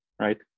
right